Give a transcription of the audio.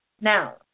Now